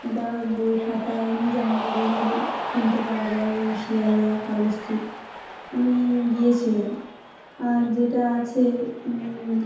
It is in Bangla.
ওটা বই খাতায় এমনি জামা কাপড়ও কিনতে পাওয়া যায় ওই শিয়ালদা কলেজ স্ট্রিট আমি গিয়েছিলাম আর যেটা আছে